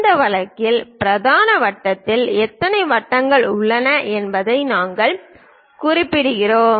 அந்த வழக்கில் பிரதான வட்டத்தில் எத்தனை வட்டங்கள் உள்ளன என்பதை நாங்கள் குறிப்பிடுகிறோம்